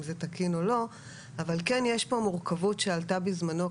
אם זה תקין או לא אבל כן יש פה מורכבות שעלתה בזמנו,